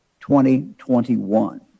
2021